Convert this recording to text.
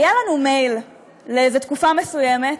היה לנו מייל לאיזו תקופה מסוימת,